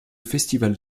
festival